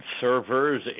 servers